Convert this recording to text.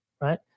right